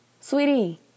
sweetie